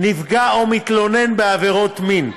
נפגע או מתלונן בעבירת מין.